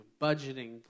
budgeting